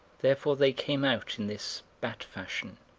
therefore they came out in this bat-fashion,